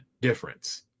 Difference